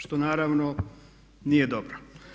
Što naravno nije dobro.